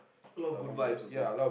a lot of Good Vibes also